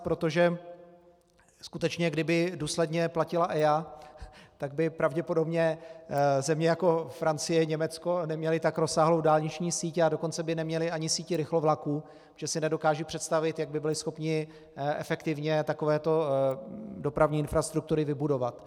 Protože skutečně kdyby důsledně platila EIA, tak by pravděpodobně země jako Francie, Německo neměly tak rozsáhlou dálniční síť, a dokonce by neměly ani síť rychlovlaků, protože si nedokážu představit, jak by byli schopni efektivně takovéto dopravní infrastruktury vybudovat.